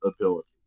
ability